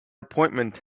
appointment